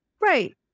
Right